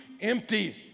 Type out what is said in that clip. empty